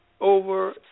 over